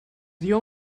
dio